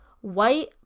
white